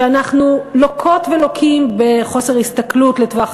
שאנחנו לוקות ולוקים בחוסר הסתכלות לטווח